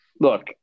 Look